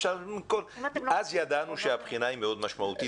אז ידענו שהבחינה היא מאוד משמעותית.